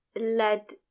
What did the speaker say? led